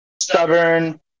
stubborn